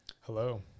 Hello